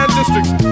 districts